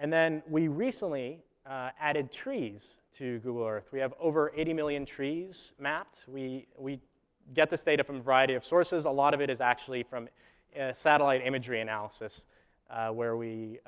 and then, we recently added trees to google earth. we have over eighty million trees mapped. we we get this data from a variety of sources. a lot of it is actually from satellite imagery and now, so it's where we